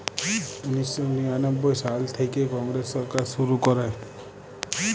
উনিশ শ নিরানব্বই সাল থ্যাইকে কংগ্রেস সরকার শুরু ক্যরে